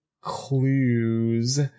clues